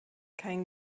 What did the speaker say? kein